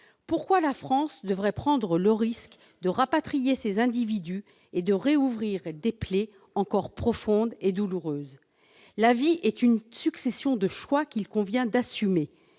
Pourquoi la France devrait-elle prendre le risque de rapatrier ces individus et de rouvrir des plaies encore profondes et douloureuses ? La vie est une succession de choix qu'il convient d'assumer